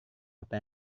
apa